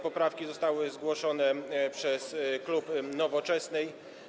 Poprawki zostały zgłoszone przez klub Nowoczesnej.